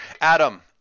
Adam